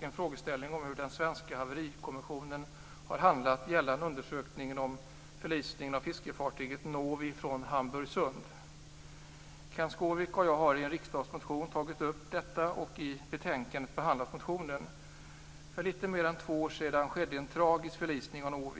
en frågeställning om hur den svenska haverikommissionen har handlat gällande undersökningen om förlisningen av fiskefartyget Novi från Hamburgsund. Kenth Skårvik och jag har i en riksdagsmotion tagit upp detta, och motionen behandlas i betänkandet. För litet mer än två år sedan skedde den tragiska förlisningen av Novi.